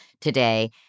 today